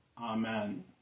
Amen